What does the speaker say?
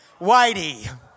Whitey